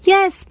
Yes